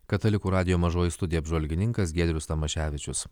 katalikų radijo mažoji studija apžvalgininkas giedrius tamaševičius